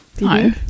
no